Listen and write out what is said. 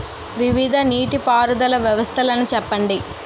వివిధ నీటి పారుదల వ్యవస్థలను చెప్పండి?